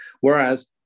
whereas